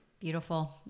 Beautiful